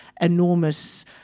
enormous